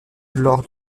lors